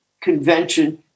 convention